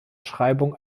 schreibung